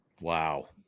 Wow